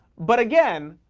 but, again,